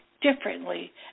differently